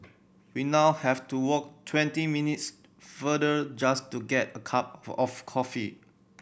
we now have to walk twenty minutes further just to get a cup of coffee